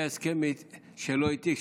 זה היה הסכם שלו איתי,